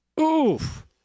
oof